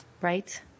Right